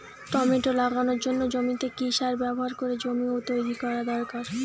Tomato লাগানোর জন্য জমিতে কি সার ব্যবহার করে জমি তৈরি করা দরকার?